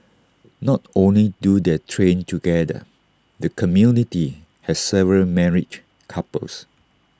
not only do they train together the community has several married couples